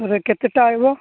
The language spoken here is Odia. କେତେଟା ଆଇବ